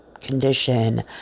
condition